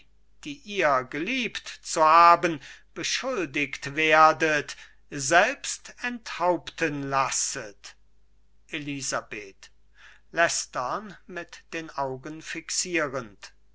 die ihr geliebt zu haben beschuldigt werdet selbst enthaupten lasset elisabeth leicestern mit den augen fixierend